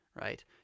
right